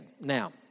Now